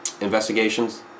Investigations